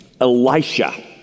Elisha